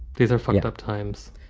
these are fucked up times.